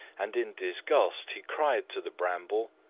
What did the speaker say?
and in disgust he cried to the bramble,